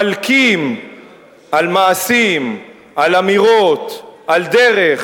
מלקים על מעשים, על אמירות, על דרך